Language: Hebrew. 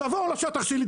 תבואו לשטח שלי,